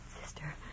sister